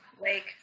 lake